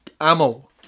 ammo